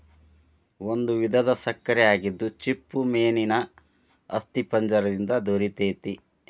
ಒಂದು ವಿಧದ ಸಕ್ಕರೆ ಆಗಿದ್ದು ಚಿಪ್ಪುಮೇನೇನ ಅಸ್ಥಿಪಂಜರ ದಿಂದ ದೊರಿತೆತಿ